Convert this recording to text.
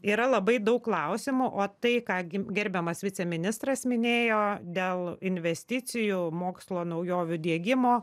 yra labai daug klausimų o tai ką gim gerbiamas viceministras minėjo dėl investicijų mokslo naujovių diegimo